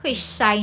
mm